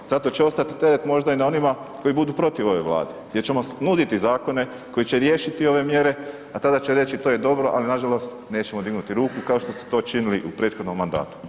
Zato će ostati teret možda i na onima koji budu protiv ove Vlade gdje ćemo nuditi zakone koji će riješiti ove mjere, a tada će reći to je dobro ali nažalost nećemo dignuti ruku kao što su to činili u prethodnom mandatu.